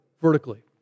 vertically